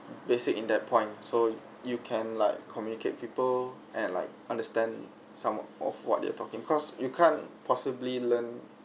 basic in that point so you can like communicate people and like understand some of what they are talking cause you can't possibly learn